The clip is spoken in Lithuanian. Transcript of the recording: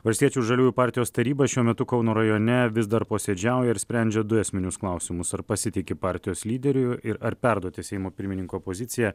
valstiečių ir žaliųjų partijos taryba šiuo metu kauno rajone vis dar posėdžiauja ir sprendžia du esminius klausimus ar pasitiki partijos lyderiu ir ar perduoti seimo pirmininko poziciją